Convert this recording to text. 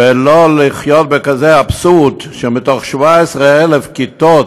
ולא לחיות באבסורד כזה, שמתוך 17,000 כיתות